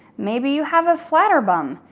maybe you have a flatter bum,